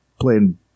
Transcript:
playing